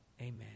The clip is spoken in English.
Amen